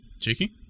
Cheeky